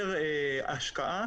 החזר השקעה